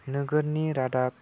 नोगोरनि रादाब